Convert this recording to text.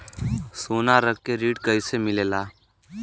सोना रख के ऋण कैसे मिलेला?